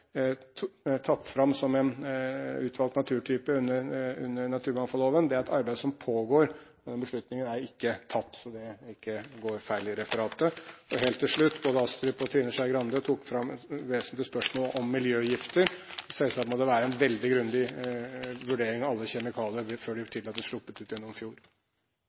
tatt fram som en utvalgt naturtype under naturmangfoldloven. Det er et arbeid som pågår. Beslutning er ikke tatt, slik at det ikke blir feil i referatet. Helt til slutt: Både Astrup og Trine Skei Grande tok opp vesentlige spørsmål om miljøgifter. Selvsagt må det være en veldig grundig vurdering av alle kjemikalier før man tillater at de blir sluppet ut